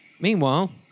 Meanwhile